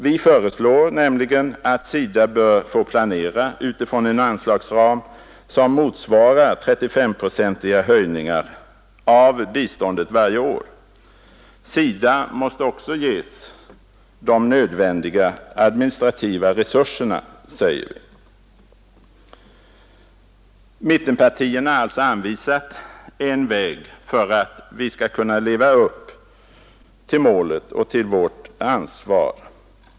Vi föreslår nämligen att SIDA bör få planera utifrån en anslagsram som motsvarar 35-procentiga höjningar av biståndet varje år. SIDA måste också ges de nödvändiga administrativa resurserna, säger vi. Mittenpartierna har alltså anvisat en väg för att vi skall kunna leva upp till målet och till vårt ansvar.